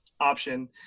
option